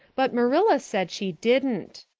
but marilla said she didn't.